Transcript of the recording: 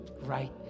Right